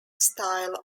style